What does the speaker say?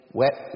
wet